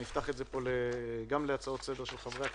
ובטרם נשמע הצעות לסדר של חברי הכנסת,